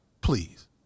Please